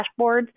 dashboards